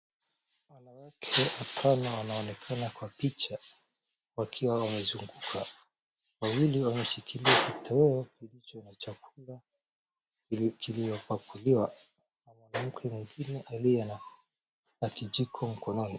Wanawake watano wanaonekana kwa picha wakiwa wamezunguka. Wawili wameshikilia kitoweo kilicho na chakula kiliyopakuliwa ma mwanamke mwengine aliye na kijiko mkononi.